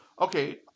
Okay